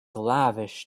lavish